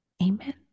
Amen